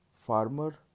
farmer